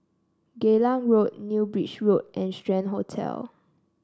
Geylang Road New Bridge Road and Strand Hotel